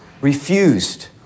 refused